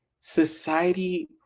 society